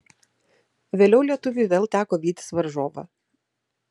vėliau lietuviui vėl teko vytis varžovą